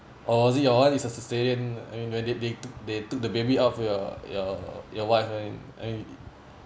or is it your [one] is uh caesarean I mean when they they they took the baby out for your your your wife uh I mean